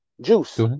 Juice